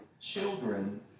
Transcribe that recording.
children